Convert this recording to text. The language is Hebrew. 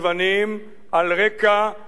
על רקע ניסיונותיו